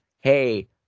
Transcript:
hey